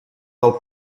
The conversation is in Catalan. del